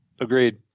Agreed